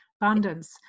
abundance